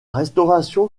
restauration